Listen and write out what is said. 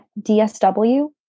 DSW